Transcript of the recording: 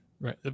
Right